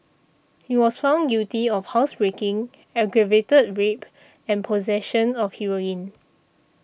he was found guilty of housebreaking aggravated rape and possession of heroin